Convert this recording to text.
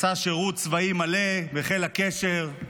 עשה שירות צבאי מלא בחיל הקשר,